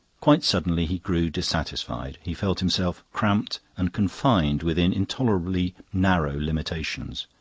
quite suddenly, he grew dissatisfied he felt himself cramped and confined within intolerably narrow limitations.